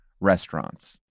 restaurants